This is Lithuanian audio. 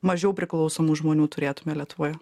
mažiau priklausomų žmonių turėtume lietuvoje